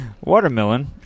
Watermelon